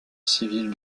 civile